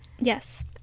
Yes